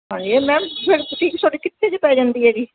ਹਾਂਜੀ ਇਹ ma'am boutique ਤੁਹਾਡੀ ਕਿੱਥੇ ਕ ਪੈ ਜਾਂਦੀ ਹੈ ਜੀ